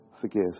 Forgive